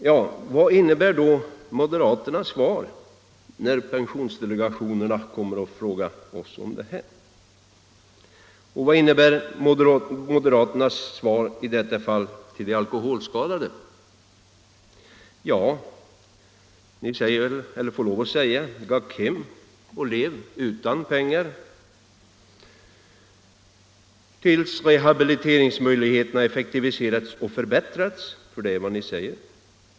Ja, vad innebär då moderaternas svar när pensionsdelegationerna frågar oss om detta, och vad innebär moderaternas svar i detta fall till de alkoholskadade? Ja, ni får väl lov att säga: Gack hem och lev utan pengar tills rehabiliteringsmöjligheterna effektiviserats och förbättrats.